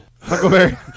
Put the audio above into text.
Huckleberry